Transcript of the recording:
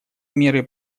меры